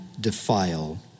defile